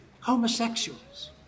homosexuals